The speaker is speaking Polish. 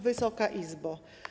Wysoka Izbo!